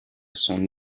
son